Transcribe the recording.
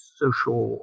social